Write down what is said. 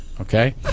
Okay